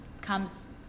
comes